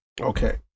okay